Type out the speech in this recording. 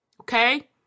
okay